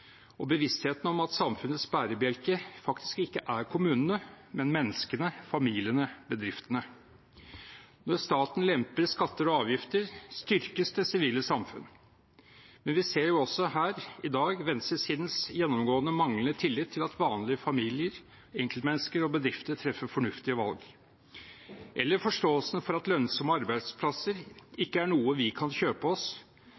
og bevisstheten om at samfunnets bærebjelke faktisk ikke er kommunene, men menneskene, familiene, bedriftene. Når staten lemper på skatter og avgifter, styrkes det sivile samfunn. Men vi ser også her i dag venstresidens gjennomgående manglende tillit til at vanlige familier, enkeltmennesker og bedrifter treffer fornuftige valg, og forståelse for at lønnsomme arbeidsplasser ikke er noe vi kan kjøpe oss,